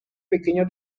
pequeño